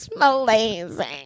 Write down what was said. amazing